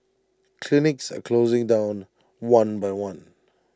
clinics are closing down one by one